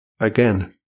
Again